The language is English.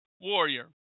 warrior